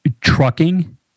trucking